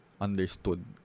Understood